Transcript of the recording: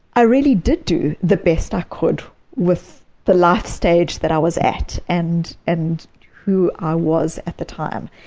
i really did do the best i could with the life stage that i was at and and who i was at the time.